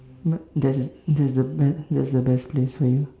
but that's the that's the be~ that's the best place for you